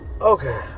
Okay